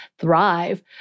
thrive